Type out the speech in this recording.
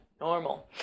normal